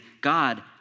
God